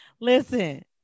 Listen